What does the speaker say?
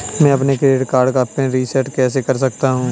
मैं अपने credit card का पिन रिसेट कैसे कर सकता हूँ?